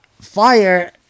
fire